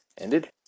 ended